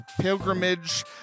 pilgrimage